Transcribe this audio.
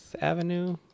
Avenue